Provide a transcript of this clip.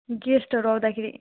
गेस्टहरू आउँदाखेरि